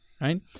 right